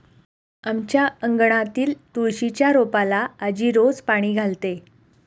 आमच्या अंगणातील तुळशीच्या रोपाला आजी रोज पाणी घालते